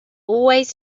always